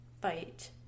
fight